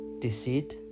deceit